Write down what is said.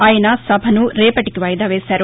ఆయన సభను రేపటికి వాయిదా వేశారు